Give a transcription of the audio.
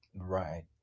Right